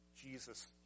Jesus